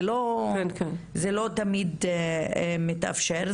זה לא תמיד מתאפשר.